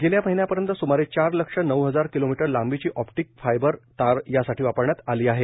गेल्या महिन्यापर्यंत सुमारे चार लक्ष नऊ हजार किलोमीटर लांबीची ऑप्टिल फायबर तार यासाठी वापरण्यात आली आहे